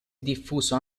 diffuso